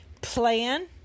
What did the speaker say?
Plan